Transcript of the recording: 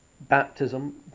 baptism